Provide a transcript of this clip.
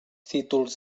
títols